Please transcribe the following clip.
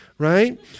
Right